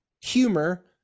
humor